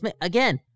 again